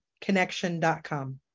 Connection.com